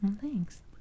Thanks